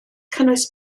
cynnwys